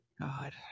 God